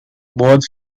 both